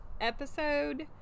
episode